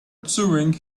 doing